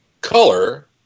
Color